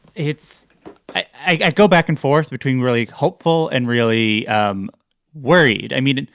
it's i go back and forth between really hopeful and really um worried. i mean,